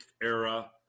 era